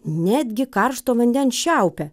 netgi karšto vandens čiaupe